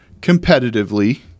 competitively